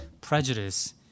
prejudice